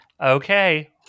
Okay